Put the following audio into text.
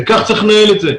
כך צריך לנהל את זה.